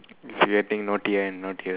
is getting naughtier and naughtier